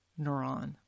neuron